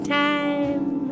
time